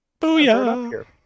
Booyah